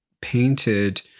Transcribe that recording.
painted